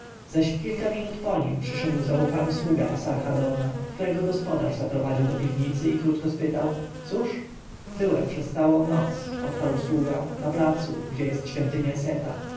zaś w kilka minut po nim przyszedł zaufany sługa asarhadona którego gospodarz zaprowadził do piwnicy i krótko spytał cóż byłem przez całą noc odparł sługa na placu gdzie jest świątynia seta